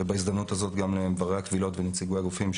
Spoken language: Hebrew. ובהזדמנות הזאת גם למבררי הקבילות ולנציגי הגופים.